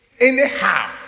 anyhow